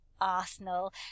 arsenal